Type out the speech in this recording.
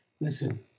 Listen